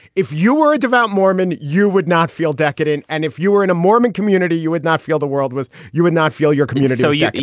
if you were a devout mormon, you would not feel decadent. and if you were in a mormon community, you would not feel the world was. you would not feel your community oh, yeah.